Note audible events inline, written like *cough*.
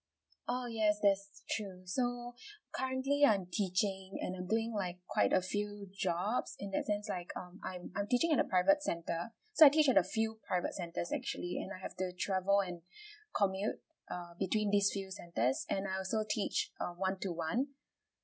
oh yes that's true so *breath* currently I'm teaching and I'm doing like quite a few jobs in that sense like um I'm I'm teaching in the private centre so I teach at a few private centres actually and I have to travel and *breath* commute uh between these few centres and I also teach uh one to one